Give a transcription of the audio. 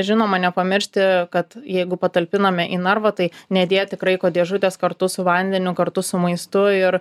žinoma nepamiršti kad jeigu patalpiname į narvą tai nedėti kraiko dėžutės kartu su vandeniu kartu su maistu ir